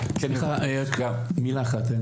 רק מילה אחת.